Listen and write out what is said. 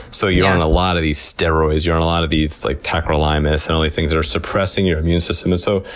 so, you're on a lot of these steroids, you're on a lot of, like tacrolimus, and all these things that are suppressing your immune system. and so,